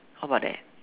how about that